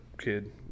kid